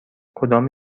کدام